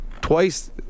twice